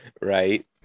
Right